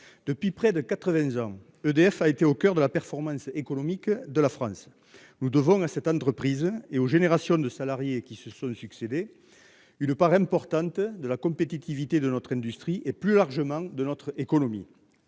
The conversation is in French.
Depuis près de 80 ans, EDF a été au coeur de la performance économique de la France. Nous devons à cette entreprise et aux générations de salariés qui se sont succédé une part importante de la compétitivité de notre industrie et plus largement de notre économie.